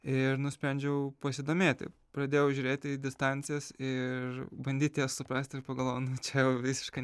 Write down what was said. ir nusprendžiau pasidomėti pradėjau žiūrėti į distancijas ir bandyt jas suprasti ir pagalvojau čia jau visiška